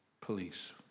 police